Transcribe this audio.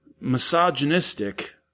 Misogynistic